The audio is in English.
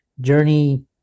journey